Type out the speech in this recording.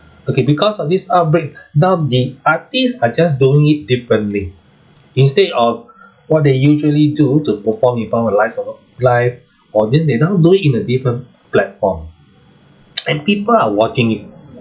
okay because of this outbreak now the artist are just doing it differently instead of what they usually do to perform in front of l~ live audience they now do it in a different platform and people are watching it